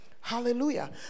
Hallelujah